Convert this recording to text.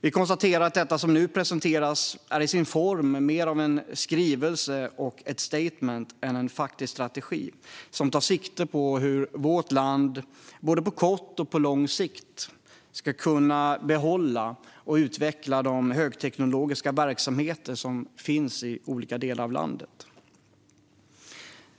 Vi konstaterar att det som nu presenterats till sin form är mer en skrivelse och ett statement än en faktisk strategi, som tar sikte på hur vårt land på både kort och lång sikt ska kunna behålla och utveckla de högteknologiska verksamheter som finns i olika delar av landet.